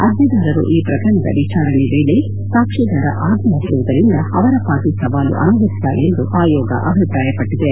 ಅರ್ಜಿದಾರರು ಈ ಪ್ರಕರಣದ ವಿಚಾರಣೆ ವೇಳೆ ಸಾಕ್ಷಿದಾರ ಆಗಿಲ್ಲದಿರುವುದರಿಂದ ಅವರ ಪಾಟಿ ಸವಾಲು ಅನಗತ್ಯ ಎಂದು ಅಯೋಗ ಅಭಿಪ್ರಾಯಪಟ್ಟಿದೆ